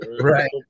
Right